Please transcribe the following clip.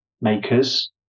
makers